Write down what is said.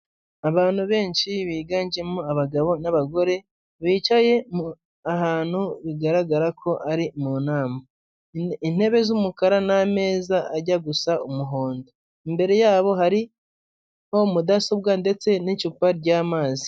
Abantu benshi biganjemo abagabo n'abagore bicaye ahantu bigaragara ko ari mu nama intebe z'umukara n'ameza ajya gusa umuhondo imbere yabo hariho mudasobwa ndetse n'icupa ry'amazi.